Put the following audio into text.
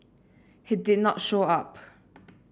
he did not show up